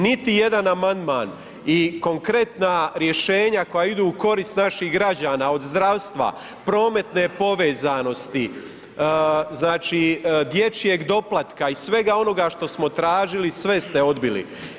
Niti jedan amandman i konkretna rješenja koja idu u korist naših građana od zdravstva, prometne povezanosti, znači dječjeg doplatka i svega onoga što smo tražili, sve ste odbili.